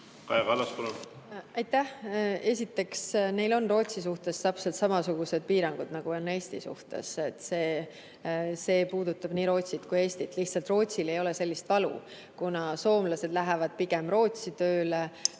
Kaja Kallas, palun! Aitäh! Esiteks, neil on Rootsi suhtes täpselt samasugused piirangud, nagu on Eesti suhtes. See puudutab nii Rootsit kui ka Eestit, lihtsalt Rootsil ei ole sellist valu, kuna soomlased lähevad pigem Rootsi tööle,